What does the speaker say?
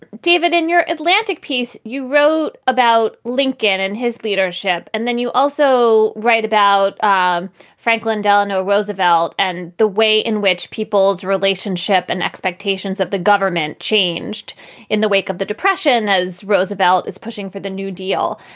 david, in your atlantic piece, you wrote about lincoln and his leadership and then you also write about um franklin delano roosevelt and the way in which people's relationship and expectations of the government changed in the wake of the depression as roosevelt is pushing for the new deal.